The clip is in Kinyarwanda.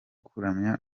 kuramya